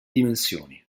dimensioni